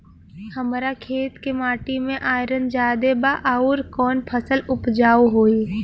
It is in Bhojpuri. हमरा खेत के माटी मे आयरन जादे बा आउर कौन फसल उपजाऊ होइ?